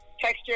texture